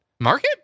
Market